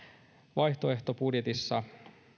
vaihtoehtobudjetissa